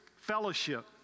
fellowship